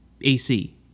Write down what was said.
ac